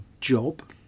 job